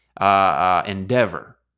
endeavor